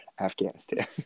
Afghanistan